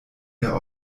der